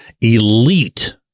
elite